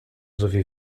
sowie